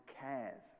cares